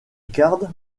garde